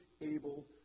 able